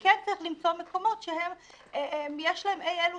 אבל כן צריך למצוא מקומות שיש בהם אי-אלו